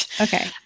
Okay